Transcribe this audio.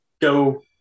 go